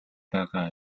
байгаа